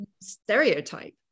stereotype